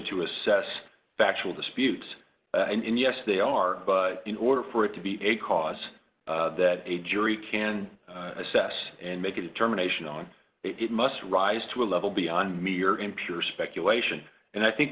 to assess factual disputes and yes they are in order for it to be a cause that a jury can assess and make a determination on it must rise to a level beyond mere impure speculation and i think